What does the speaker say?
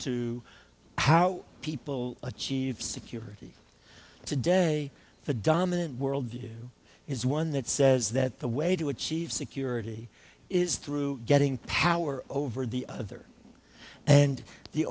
to how people achieve security today the dominant world view is one that says that the way to achieve security is through getting power over the other and the